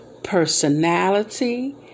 Personality